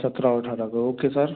सत्रह और अट्ठारह को ओके सर